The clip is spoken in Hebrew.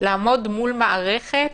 לעמוד מול מערכת,